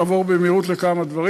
לעבור במהירות על כמה דברים.